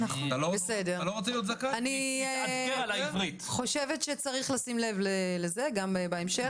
אני חושבת שצריך לשים לב למינוח גם בהמשך,